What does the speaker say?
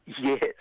Yes